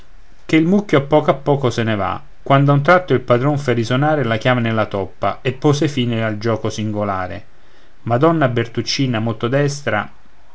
che il mucchio a poco a poco se ne va quando a un tratto il padron fe risonare la chiave nella toppa e pose fine al gioco singolare madonna bertuccina molto destra